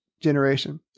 generation